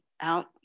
out